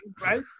right